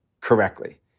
correctly